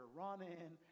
running